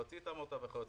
להוציא את העמותה וכו',